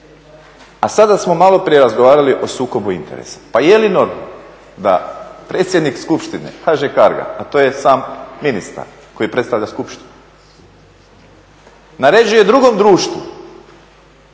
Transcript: a sada smo maloprije razgovarali o sukobu interesa. Pa je li normalno da predsjednik Skupštine HŽ-Carga, a to je sam ministar koji predstavlja skupštinu, naređuje drugom društvu